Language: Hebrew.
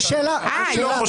זו שאלה.